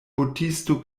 botisto